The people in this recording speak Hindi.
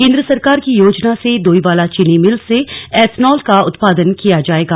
केंद्र सरकार की योजना से डोईवाला चीनी मिल से एथनॉल का उत्पादन किया जाएगा